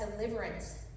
deliverance